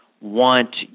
want